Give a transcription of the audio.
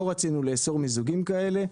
לא רצינו לאסור מיזוגים כאלה.